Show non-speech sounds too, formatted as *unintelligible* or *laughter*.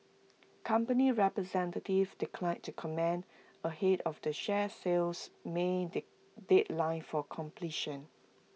company representatives declined to comment ahead of the share sale's may *unintelligible* deadline for completion